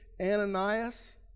Ananias